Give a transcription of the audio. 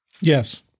Yes